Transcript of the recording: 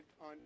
on